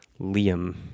liam